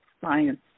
Science